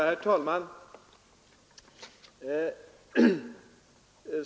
Herr talman!